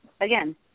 again